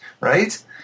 Right